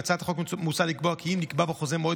בהצעת החוק מוצע לקבוע כי אם נקבע בחוזה מועד